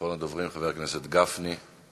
אחרון הדוברים, חבר הכנסת גפני.